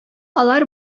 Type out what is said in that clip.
алар